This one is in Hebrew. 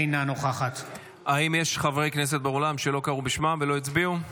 אינה נוכחת האם יש חברי כנסת באולם שלא קראו בשמם ולא הצביעו?